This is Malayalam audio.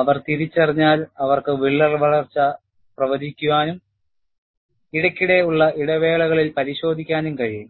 അവർ തിരിച്ചറിഞ്ഞാൽ അവർക്ക് വിള്ളൽ വളർച്ച പ്രവചിക്കാനും ഇടയ്ക്കിടെ ഉള്ള ഇടവേളകളിൽ പരിശോധിക്കാനും കഴിയും